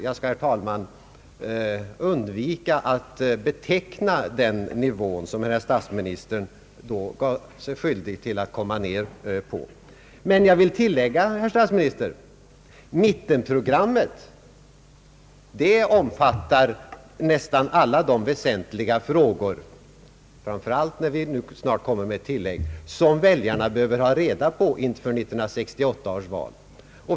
Jag skall, herr talman, undvika att beteckna den nivå herr statsministern sänkte sig ner till. Jag vill dock tillägga, herr statsminister, att mittenprogrammet omfattar nästan alla de väsentliga frågor — framför allt när vi snart kommer med ett tillägg — som väljarna behöver ha reda på inför 1968 års val.